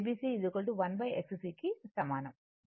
కి సమానం